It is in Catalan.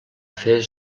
fer